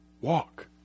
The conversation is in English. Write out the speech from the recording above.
walk